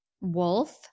Wolf